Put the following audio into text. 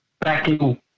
backing